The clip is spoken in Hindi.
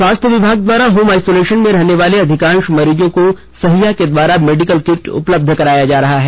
स्वास्थ्य विभाग द्वारा होम आईसोलेशन में रहने वाले अधिकांश मरीजों को सहिया के द्वारा मेडिकल किट उपलब्ध कराया जा रहा है